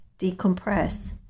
decompress